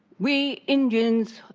we indians,